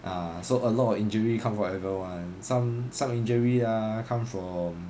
ya so a lot of injury come from whatever [one] some some injury ah come from